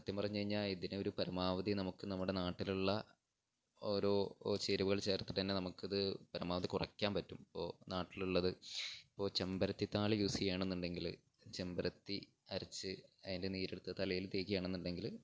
സത്യം പറഞ്ഞുകഴിഞ്ഞാല് ഇതിനൊരു പരമാവധി നമുക്ക് നമ്മുടെ നാട്ടിലുള്ള ഓരോ ചേരുവകൾ ചേർത്തിട്ട് തന്നെ നമുക്കിത് പരമാവധി കുറയ്ക്കാൻ പറ്റും ഇപ്പോള് നാട്ടിലുള്ളത് ഇപ്പോള് ചെമ്പരത്തിത്താളി യൂസ് ചെയ്യുകയാണെന്നുണ്ടെങ്കില് ചെമ്പരത്തി അരച്ച് അതിൻ്റെ നീരെടുത്ത് തലയിൽ തേയ്ക്കുകയാണെന്നുണ്ടെങ്കില്